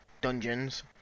dungeons